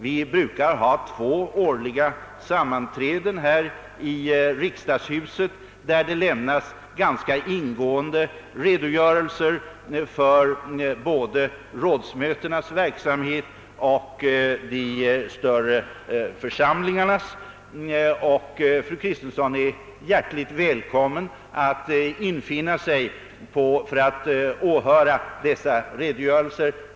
Vi brukar ha två årliga sammanträden här i riksdagshuset, vid vilka det lämnas ganska ingående redogörelser för både rådsmötenas verksamhet och de större församlingarnas. Fru Kristensson är hjärtligt välkommen att infinna sig för att åhöra dessa redogörelser.